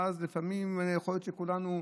ואז לפעמים יכול להיות שכולנו צודקים,